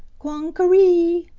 quong-ka-reee!